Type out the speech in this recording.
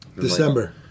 December